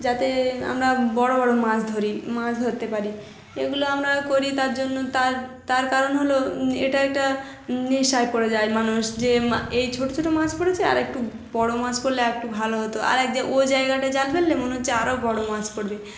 যাতে আমরা বড়ো বড়ো মাছ ধরি মাছ ধরতে পারি এগুলো আমরা করি তার জন্য তার তার কারণ হলো এটা একটা নেশায় পড়ে যায় মানুষ যে এই ছোটো ছোটো মাছ পড়েছে আর একটু বড়ো মাছ পড়লে একটু ভালো হতো আর এক ওই জায়গাটায় জাল ফেললে মনে হচ্ছে আরও বড়ো মাছ পড়বে